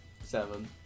Seven